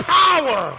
power